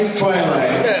Twilight